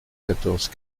quatorze